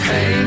Hey